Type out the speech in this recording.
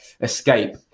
escape